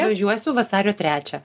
važiuosiu vasario trečią